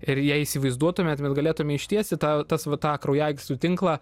ir jei įsivaizduotumėt mes galėtume ištiesti tą tas va tą kraujagyslių tinklą